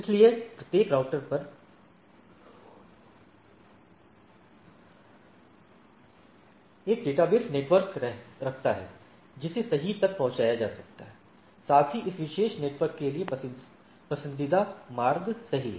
इसलिए प्रत्येक राउटर एक डेटाबेस नेटवर्क रखता है जिसे सही तक पहुंचाया जा सकता है साथ ही इस विशेष नेटवर्क के लिए पसंदीदा मार्ग सही है